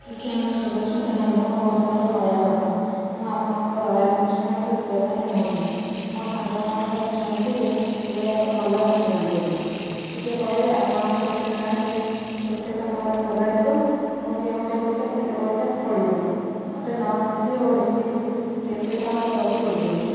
ଆଜ୍ଞା ମୁଁ ଶୁଭସ୍ମିତା ନନ୍ଦ ମୋର ଘର ନୟାଗଡ଼ ମୁଁ ଆପଣଙ୍କ ରୟାଲ ରେଷ୍ଟୁରାଣ୍ଟକୁ ଯିବାପାଇଁ ଚାହୁଁଛି ମୋ ସାଙ୍ଗ ମାନଙ୍କଠାରୁ ଶୁଣିଛି ଯେ ଏହା ଏକ ଭଲ ରେଷ୍ଟୁରାଣ୍ଟ ବୋଲି ଟିକିଏ କହିବେ ଆପଣଙ୍କ ରେଷ୍ଟୁରାଣ୍ଟରେ କେତେ ସମୟରେ ଖୋଲା ଯିବ ଓ କେଉଁ ଟେବୁଲରେ କେତେ ପଇସା ପଡ଼ିବ ମୋତେ ନନ ଏସି ଓ ଏସିକୁ କେତେ ଦାମ ଦେବାକୁ ପଡ଼ିବ